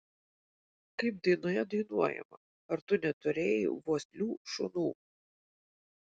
kaip dainoje dainuojama ar tu neturėjai vuoslių šunų